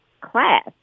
class